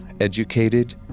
educated